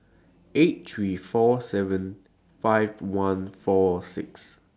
eight three four seven five one four six